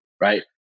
right